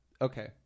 Okay